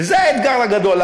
זה האתגר הגדול,